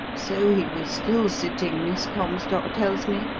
so he was still sitting, miss comstock tells me,